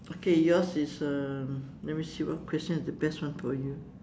okay yours is uh let me see what question is the best one for you